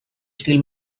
still